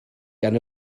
gan